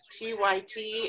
TYT